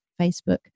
Facebook